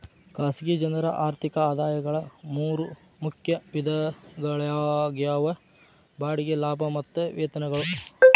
ಖಾಸಗಿ ಜನರ ಆರ್ಥಿಕ ಆದಾಯಗಳ ಮೂರ ಮುಖ್ಯ ವಿಧಗಳಾಗ್ಯಾವ ಬಾಡಿಗೆ ಲಾಭ ಮತ್ತ ವೇತನಗಳು